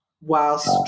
whilst